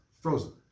frozen